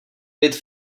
byt